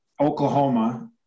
oklahoma